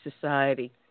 Society